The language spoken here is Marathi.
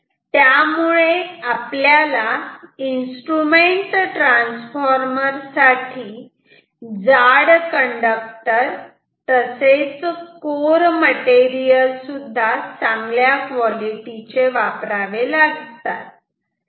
आणि त्यामुळे आपल्याला इन्स्ट्रुमेंट ट्रान्सफॉर्मर साठी जाड कंडक्टर तसेच कोर मटेरियल चांगल्या क्वालिटी चे वापरावे लागते